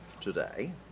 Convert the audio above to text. today